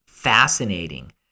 fascinating